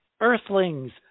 earthlings